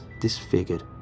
disfigured